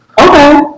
Okay